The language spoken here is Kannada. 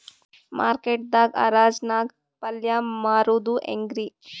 ಮಾರ್ಕೆಟ್ ದಾಗ್ ಹರಾಜ್ ನಾಗ್ ಪಲ್ಯ ಮಾರುದು ಹ್ಯಾಂಗ್ ರಿ?